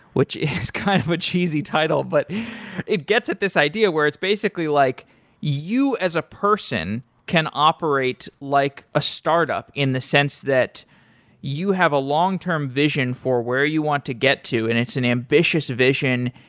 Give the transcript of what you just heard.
which is kind of a cheesy title. but it gets at this idea where it's basically that like you as a person can operate like a startup in the sense that you have a long term vision for where you want to get to and it's an ambitious vision.